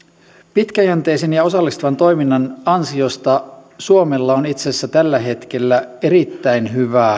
pitkäjänteisen ja osallistavan toiminnan ansiosta suomella on itse asiassa tällä hetkellä erittäin hyvä